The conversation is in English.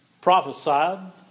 prophesied